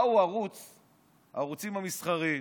הערוצים המסחריים,